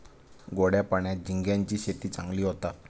गोड्या पाण्यात झिंग्यांची शेती चांगली होता